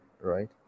right